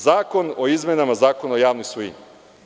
Zakon o izmenama Zakona o javnoj svojini.